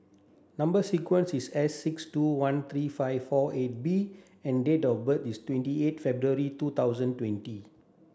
number sequence is S six two one three five four eight B and date of birth is twenty eight February two thousand twenty